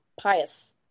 pious